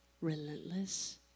relentless